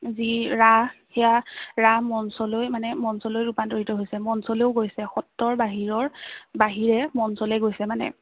যি ৰাস সেয়া ৰাস মঞ্চলৈ মানে মঞ্চলৈ ৰূপান্তৰিত হৈছে মঞ্চলৈও গৈছে সত্ৰৰ বাহিৰৰ বাহিৰে মঞ্চলৈ গৈছে মানে